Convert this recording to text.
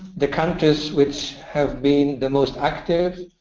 the countries which have been the most active